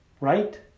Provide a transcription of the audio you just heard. Right